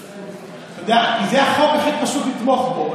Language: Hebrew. כי זה החוק שהכי פשוט לתמוך בו.